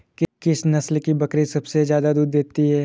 किस नस्ल की बकरी सबसे ज्यादा दूध देती है?